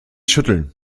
schütteln